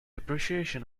appreciation